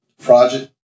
project